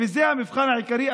וזה המבחן העיקרי,